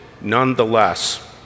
nonetheless